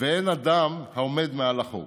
ואין אדם העומד מעל החוק.